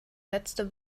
letzte